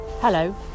Hello